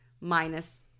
minus